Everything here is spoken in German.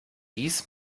dies